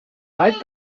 bald